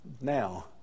now